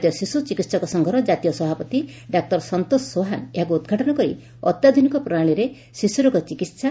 ଭାରତୀୟ ଶିଶୁ ଚିକିସ୍କ ସଂଘର ଜାତୀୟ ସଭାପତି ଡାକ୍ତର ସନ୍ତୋଷ ସୋହାନ ଏହାକୁ ଉଦ୍ଘାଟନ କରି ଅତ୍ୟାଧୁନିକ ପ୍ରଣାଳୀରେ ଶିଶ୍ୱରୋଗ ଚିକିସ୍